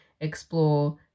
explore